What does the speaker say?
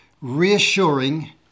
reassuring